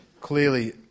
Clearly